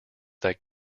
that